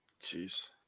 Jeez